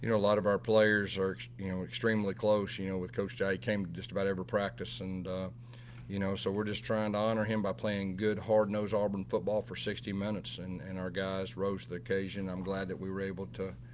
you know a lot of our players are you know extremely close. you know, with coach dye, he came in just about every practice and you know, so we're just trying to honor him by playing good, hard nosed auburn football for sixty minutes and and our guys rose to the occasion. i'm glad that we were able to,